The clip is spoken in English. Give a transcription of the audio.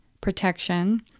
protection